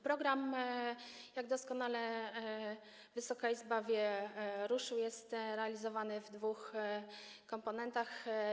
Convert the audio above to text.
Program, jak doskonale Wysoka Izba wie, ruszył, jest realizowany w dwóch komponentach.